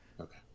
okay